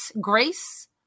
Grace